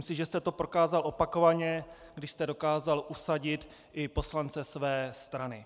Myslím, že jste to prokázal opakovaně, když jste dokázal usadit i poslance své strany.